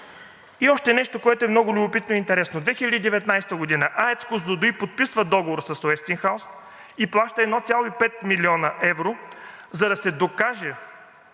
И още нещо, което е много любопитно и интересно. През 2019 г. АЕЦ „Козлодуй“ подписва договор с „Уестингхаус“ и плаща 1,5 млн. евро, за да се докаже